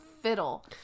fiddle